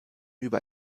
über